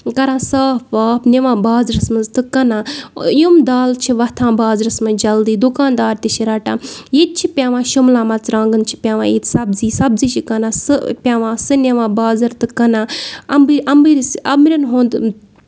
کَران صاف واف نِوان بازرَس منٛز تہٕ کٕنان یِم دالہٕ چھِ وۄتھان بازرَس منٛز جلدی دُکان دار تہِ چھِ رَٹان ییِتہِ چھِ پٮ۪وان شَملا مَرژٕرانٛگَن چھِ پٮ۪وان ییٚتہِ سَبزی سَبزی چھِ کٕنان سُہ پٮ۪وان سُہ نِوان بازر تہٕ کٕنان اَمبٔرۍ اَمبرٮ۪ن ہُنٛد